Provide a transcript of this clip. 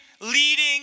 leading